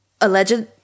alleged